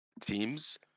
teams